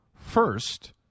First